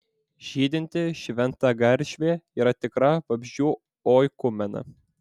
žydinti šventagaršvė yra tikra vabzdžių oikumena